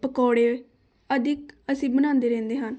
ਪਕੌੜੇ ਆਦਿ ਅਸੀਂ ਬਣਾਉਂਦੇ ਰਹਿੰਦੇ ਹਾਂ